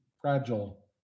fragile